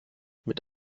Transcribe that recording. mit